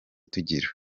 tugira